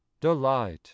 delight